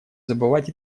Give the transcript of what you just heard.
забывать